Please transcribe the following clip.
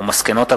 מסקנות הוועדה,